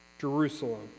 Jerusalem